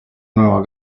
nueva